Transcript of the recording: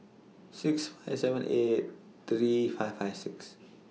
six five seven eight three five five six